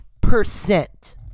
percent